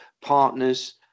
Partners